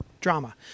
drama